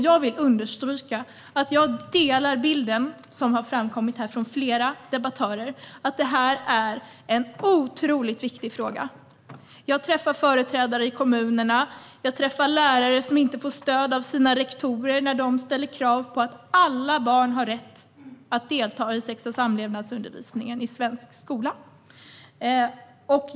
Jag vill understryka att jag delar den bild som har framkommit från flera debattörer om att det här är en otroligt viktig fråga. Jag träffar företrädare i kommunerna. Jag träffar lärare som inte får stöd av sina rektorer när de ställer krav på att alla barn har rätt att delta i sex och samlevnadsundervisningen i svensk skola.